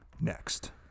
next